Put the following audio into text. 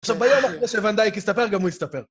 עכשיו, בואי נלך, כדי שוונדייק יסתפר, אם הוא יסתפר.